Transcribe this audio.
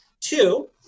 Two